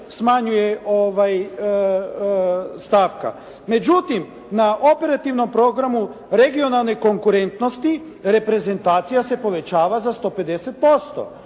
smanjuje stavka. Međutim, na operativnom programu regionalne konkurentnosti reprezentacija se povećava za 150%